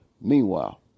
Meanwhile